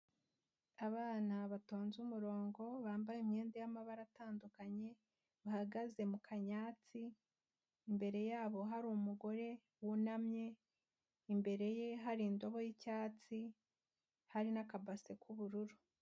Abana batonze umurongo bambaye imyenda y'amabara atandukanye bahagaze mu kanyatsi, imbere yabo hari umugore wunamye, imbere ye hari indobo y'icyatsi hari n'akabase k'ubururu.